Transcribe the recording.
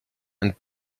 and